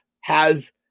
has-